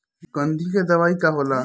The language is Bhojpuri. गंधी के दवाई का होला?